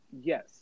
yes